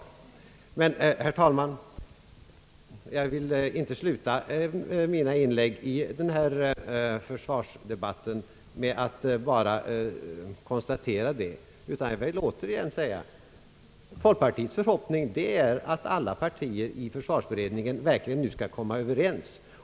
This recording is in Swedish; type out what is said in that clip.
Jag vill, herr talman, emellertid inte sluta mina inlägg i denna försvarsdebatt med att bara konstatera detta, utan jag vill återigen framhålla att det är folkpartiets förhoppning att alla partier i försvarsutredningen nu verkligen skall komma överens.